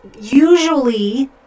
usually